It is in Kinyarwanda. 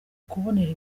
kubonera